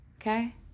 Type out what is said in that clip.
okay